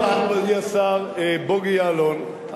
אמר מכובדי השר בוגי יעלון,